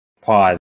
pause